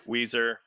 Weezer